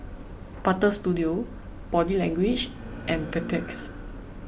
Butter Studio Body Language and Beautex